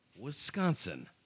Wisconsin